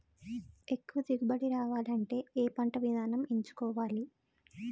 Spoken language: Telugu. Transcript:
ఎక్కువ దిగుబడి రావాలంటే ఏ పంట విధానం ఎంచుకోవాలి?